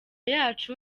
yacu